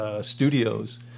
studios